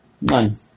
None